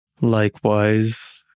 likewise